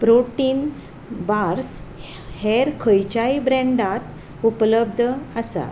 protein bars हेर खंयच्याय ब्रँडांत उपलब्द आसा